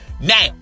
Now